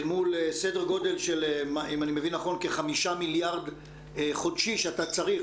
מול סדר גודל של כ-5 מיליארד חודשי שאתה צריך.